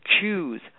choose